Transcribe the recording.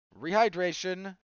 rehydration